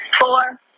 four